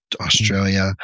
Australia